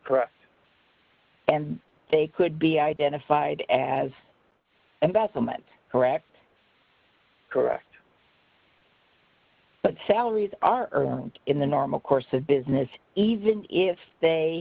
correct and they could be identified as investment correct correct but salaries are in the normal course of business even if they